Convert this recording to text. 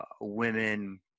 women